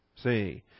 See